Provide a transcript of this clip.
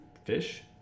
Fish